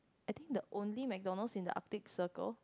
I think the only McDonalds in the arctic circle